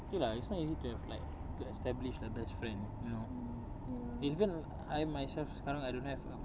okay lah it's not easy to have like to establish lah best friend you know even I myself sekarang I don't have a